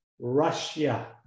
Russia